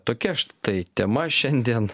tokia štai tema šiandien